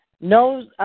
No